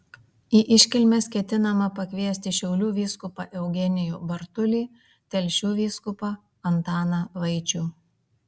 į iškilmes ketinama pakviesti šiaulių vyskupą eugenijų bartulį telšių vyskupą antaną vaičių